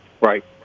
Right